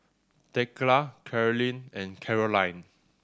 Thekla Carlyn and Karolyn